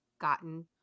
gotten